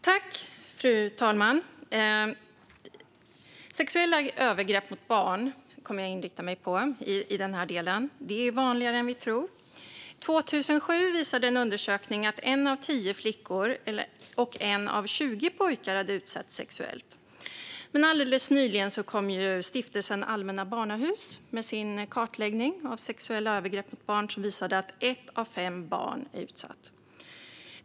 Fru talman! Jag kommer i den här delen att inrikta mig på sexuella övergrepp mot barn. Det är vanligare än vi tror. År 2007 visade en undersökning att en av tio flickor och en av tjugo pojkar hade utsatts sexuellt. Alldeles nyligen kom Stiftelsen Allmänna Barnhuset med sin kartläggning av sexuella övergrepp mot barn. Den visade att ett av fem barn är utsatt.